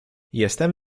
jestem